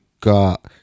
got